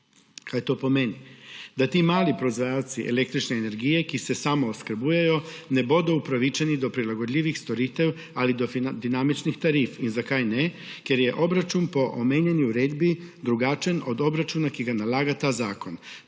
Kaj to pomeni? Da ti mali proizvajalci električne energije, ki se samooskrbujejo, ne bodo upravičeni do prilagodljivih storitev ali do dinamičnih tarif. In zakaj ne? Ker je obračun po omenjeni uredbi drugačen od obračuna, ki ga nalaga ta zakon.